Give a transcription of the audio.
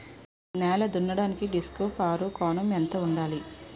నేల దున్నడానికి disc furrow కోణం ఎంత ఉండాలి?